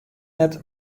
net